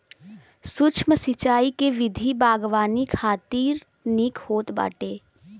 सूक्ष्म सिंचाई के विधि बागवानी खातिर निक होत बाटे